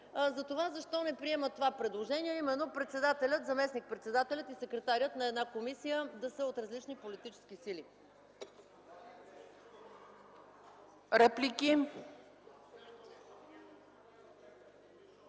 вечер, защо не приемат това предложение, а именно председателят, заместник-председателят и секретарят на една комисия да са от различни политически сили.